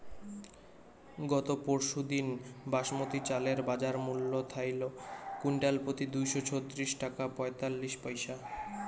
গত পরশুদিন বাসমতি চালের বাজারমূল্য থাইল কুইন্টালপ্রতি দুইশো ছত্রিশ টাকা পঁয়তাল্লিশ পইসা